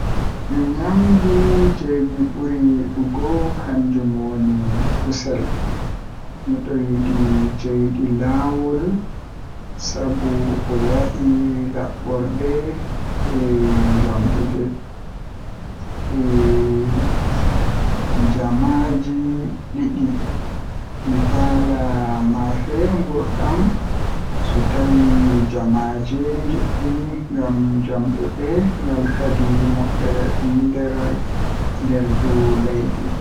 Nyamdu jei mi ɓuri yiɗugo kannjum woni kusel Miɗo yiɗi jeyɗi laalo sabu o waɗi laɓɓorde e njamɗude. E jammaaji ɗiɗɗi, mi faala maafe nguurndam so tawii jammaaji njiɗɗi ngam njamɗude ngal kaɗi moƴƴere ɗum nder nderngu leydi